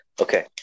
Okay